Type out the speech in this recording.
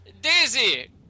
Daisy